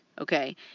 okay